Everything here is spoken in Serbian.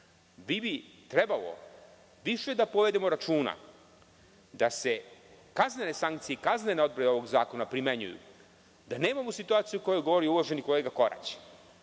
bi trebalo više da povedemo računa da se kaznene sankcije i kaznene odredbe ovog zakona primenjuju, da nemamo situaciju o kojoj govori uvaženi kolega Korać,